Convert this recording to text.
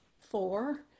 four